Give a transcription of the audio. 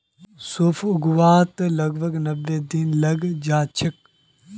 सौंफक उगवात लगभग नब्बे दिन लगे जाच्छे